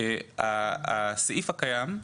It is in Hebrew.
דרך אגב,